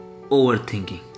overthinking